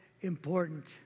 important